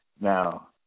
Now